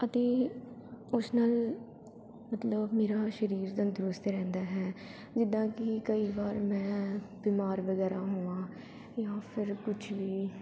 ਅਤੇ ਉਸ ਨਾਲ ਮਤਲਬ ਮੇਰਾ ਸਰੀਰ ਤੰਦਰੁਸਤ ਰਹਿੰਦਾ ਹੈ ਜਿੱਦਾਂ ਕਿ ਕਈ ਵਾਰ ਮੈਂ ਬਿਮਾਰ ਵਗੈਰਾ ਹੋਵਾਂ ਜਾਂ ਫਿਰ ਕੁਛ ਵੀ